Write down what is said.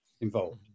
involved